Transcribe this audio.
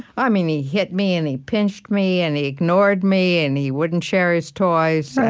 i mean he hit me, and he pinched me, and he ignored me, and he wouldn't share his toys.